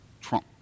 Trump